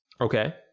Okay